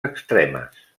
extremes